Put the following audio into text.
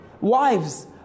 Wives